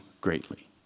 greatly